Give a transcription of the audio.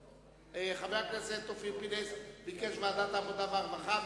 חבר הכנסת אופיר פינס ביקש ועדת העבודה והרווחה,